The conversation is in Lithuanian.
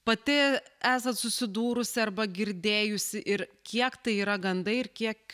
pati esat susidūrusi arba girdėjusi ir kiek tai yra gandai ir kiek